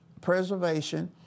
preservation